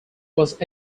was